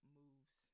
moves